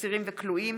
אסירים וכלואים